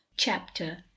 Chapter